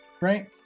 right